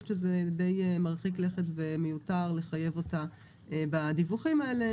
שזה די מרחיק לכת ומיותר לחייב אותה בדיווחים האלה.